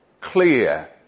clear